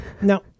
Now